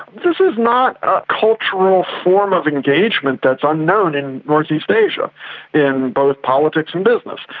this is not a cultural form of engagement that's unknown in northeast asia in both politics and business.